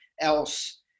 else